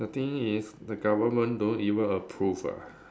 the thing is the government don't even approve ah